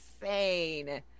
insane